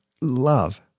love